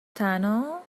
تنها